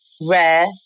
rare